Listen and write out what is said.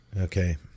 Okay